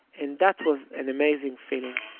and that was an amazing feeling.